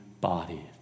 body